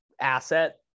asset